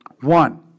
One